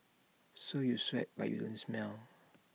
so you sweat but you don't smell